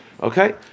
Okay